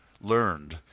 learned